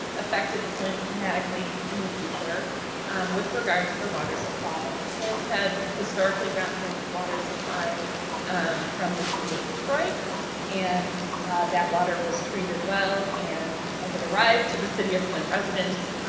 affected flint dramatically in the future with regard to the water supply. flint had historically gotten its water supply um from the city of detroit and that water was treated well and as it arrived to the city of flint residents,